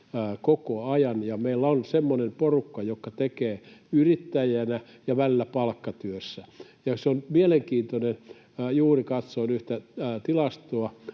koko ajan, ja meillä on semmoinen porukka, joka tekee yrittäjänä ja välillä palkkatyössä, ja se on mielenkiintoinen... Juuri katsoin yhtä tilastoa,